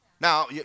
Now